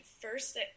first